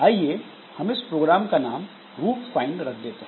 आइए हम इस प्रोग्राम का नाम रूट फाइंड रख देते हैं